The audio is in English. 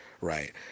right